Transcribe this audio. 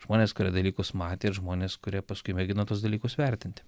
žmonės kurie dalykus matė ir žmonės kurie paskui mėgino tuos dalykus vertinti